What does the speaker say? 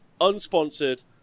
unsponsored